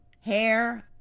Hair